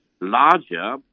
larger